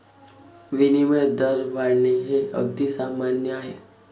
विनिमय दर वाढणे हे अगदी सामान्य आहे